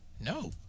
No